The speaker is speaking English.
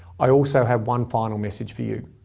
i also have one final message for you.